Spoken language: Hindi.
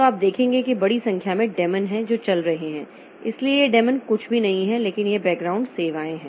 तो आप देखेंगे कि बड़ी संख्या में डेमन हैं जो चल रहे हैं इसलिए यह डेमन कुछ भी नहीं है लेकिन यह बैकग्राउंड सेवाएं हैं